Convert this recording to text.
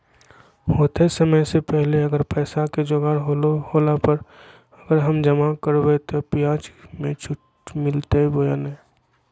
होतय समय से पहले अगर पैसा के जोगाड़ होला पर, अगर हम जमा करबय तो, ब्याज मे छुट मिलते बोया नय?